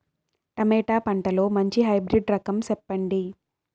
Tomato పంటలో మంచి hybrid రకం చెప్పండి?